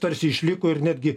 tarsi išliko ir netgi